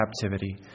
captivity